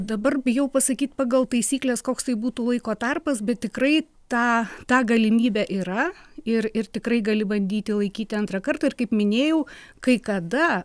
dabar bijau pasakyt pagal taisykles koks tai būtų laiko tarpas bet tikrai ta ta galimybė yra ir ir tikrai gali bandyti laikyti antrą kartą ir kaip minėjau kai kada